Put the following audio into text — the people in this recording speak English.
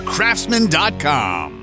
Craftsman.com